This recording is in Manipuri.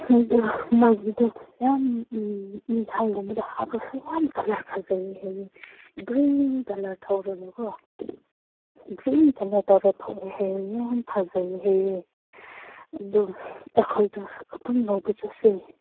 ꯊꯨꯝꯗꯨ ꯃꯣꯏꯒꯤꯗꯨ ꯌꯥꯝ ꯎꯝ ꯑꯦꯟꯁꯥꯡꯒꯨꯝꯕꯗ ꯍꯥꯞꯂꯁꯨ ꯌꯥꯝ ꯀꯂꯔ ꯐꯖꯩ ꯍꯥꯏꯌꯦ ꯒ꯭ꯔꯤꯟ ꯀꯂꯔ ꯊꯣꯛꯂꯒꯀꯣ ꯒ꯭ꯔꯤꯟ ꯀꯂꯔ ꯇꯧꯔ ꯊꯣꯛꯑꯦ ꯍꯥꯏꯌꯦ ꯌꯥꯝ ꯐꯖꯩ ꯍꯥꯏꯌꯦ ꯑꯗꯨ ꯑꯩꯈꯣꯏꯗ ꯑꯗꯨꯝ ꯂꯧꯕ ꯆꯠꯁꯦ